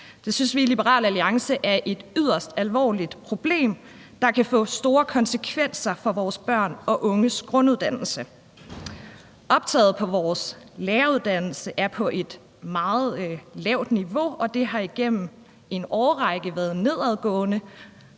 Liberal Alliance er et yderst alvorligt problem, der kan få store konsekvenser for vores børn og unges grunduddannelse. Optaget på vores læreruddannelse er på et meget lavt niveau, og det har igennem en årrække været for nedadgående,